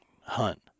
hunt